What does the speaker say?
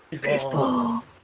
Baseball